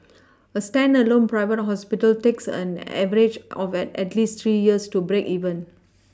a standalone private hospital takes an Average of at at least three years to break even